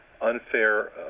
unfair